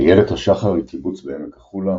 אילת השחר היא קיבוץ בעמק החולה,